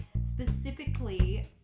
specifically